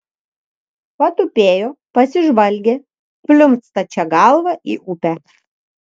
patupėjo pasižvalgė pliumpt stačia galva į upę